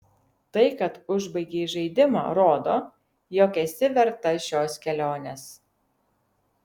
tai kad užbaigei žaidimą rodo jog esi verta šios kelionės